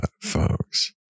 folks